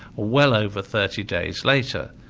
well over thirty days later.